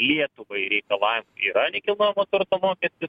lietuvai reikalavimų yra nekilnojamo turto mokestis